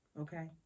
okay